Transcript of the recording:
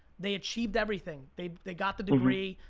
they achieved everything, they they got the degree,